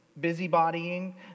busybodying